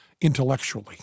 intellectually